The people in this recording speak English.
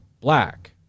black